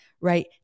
right